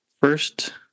First